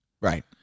right